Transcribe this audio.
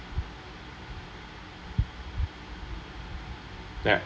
that